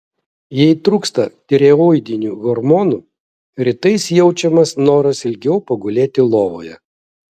jei trūksta tireoidinių hormonų rytais jaučiamas noras ilgiau pagulėti lovoje